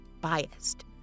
Biased